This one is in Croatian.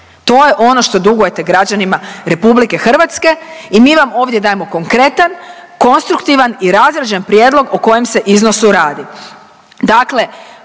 To je ono što dugujete građanima Republike Hrvatske i mi vam ovdje dajemo konkretan, konstruktivan i razrađen prijedlog o kojem se iznosu radi.